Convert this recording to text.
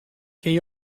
kinne